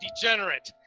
degenerate